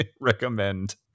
recommend